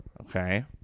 Okay